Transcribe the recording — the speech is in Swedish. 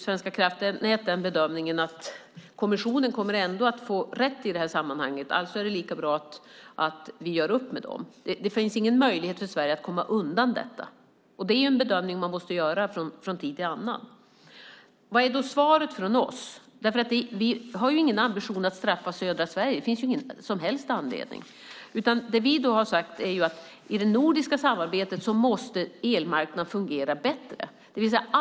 Svenska kraftnät gjorde den bedömningen att kommissionen ändå skulle få rätt i det här sammanhanget, alltså är det lika bra att vi gör upp med dem. Det finns ingen möjlighet för Sverige att komma undan detta. Det är en bedömning man måste göra från tid till annan. Vad är då svaret från oss? Vi har ingen ambition att straffa södra Sverige. Det finns ingen som helst anledning till det. Det vi har sagt är att elmarknaden måste fungera bättre i det nordiska samarbetet.